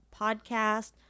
Podcast